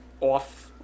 off